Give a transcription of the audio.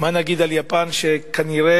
מה נגיד על יפן, שכנראה